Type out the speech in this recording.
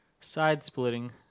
side-splitting